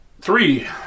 Three